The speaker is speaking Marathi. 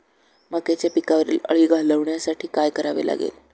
मक्याच्या पिकावरील अळी घालवण्यासाठी काय करावे लागेल?